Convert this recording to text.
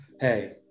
hey